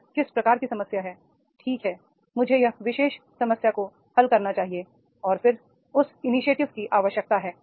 यह किस प्रकार की समस्या है ठीक है मुझे इस विशेष समस्या को हल करना चाहिए और फिर उस इनीशिएटिव की आवश्यकता है